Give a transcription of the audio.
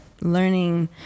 learning